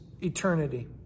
eternity